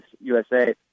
USA